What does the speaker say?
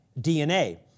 dna